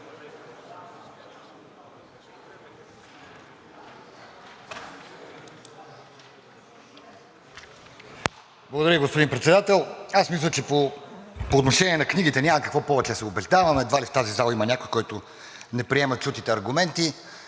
Благодаря Ви, господин Председател. Аз мисля, че по отношение на книгите няма какво повече да се убеждаваме. Едва ли в тази зала има някой, който не приема чутите аргументи.